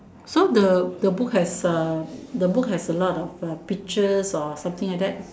so the the book has a the book has a lot of uh pictures or something like that